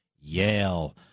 Yale